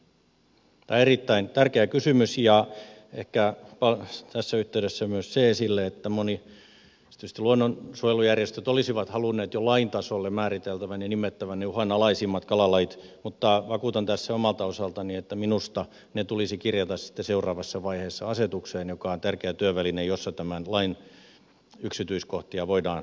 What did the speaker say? tämä on erittäin tärkeä kysymys ja ehkä tässä yhteydessä otetaan myös se esille että monet tietysti luonnonsuojelujärjestöt olisivat halunneet jo lain tasolle määriteltävän ja nimettävän ne uhanalaisimmat kalalajit mutta vakuutan tässä omalta osaltani että minusta ne tulisi kirjata sitten seuraavassa vaiheessa asetukseen joka on tärkeä työväline jolla tämän lain yksityiskohtia voidaan tarkentaa